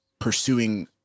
pursuing